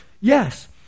Yes